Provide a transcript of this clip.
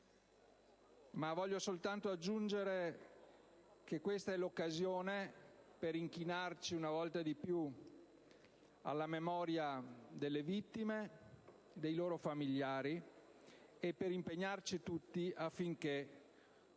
ma voglio soltanto sottolineare che questa è l'occasione per inchinarci una volta di più alla memoria delle vittime, dei loro familiari e per impegnarci tutti affinché